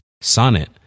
Sonnet